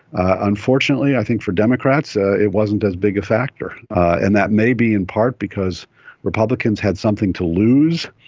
unfortunately i think for democrats ah it wasn't as big a factor, and that may be in part because republicans had something to lose.